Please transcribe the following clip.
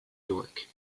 york